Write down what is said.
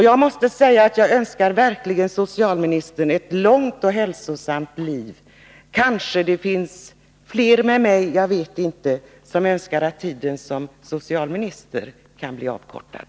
Jag måste säga: Jag önskar verkligen socialministern ett långt och hälsosamt liv. Men kanske finns det flera med mig — jag vet inte — som önskar att tiden som socialminister kan bli avkortad.